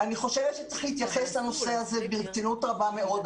אני חושבת שצריך להתייחס לנושא הזה ברצינות רבה מאוד.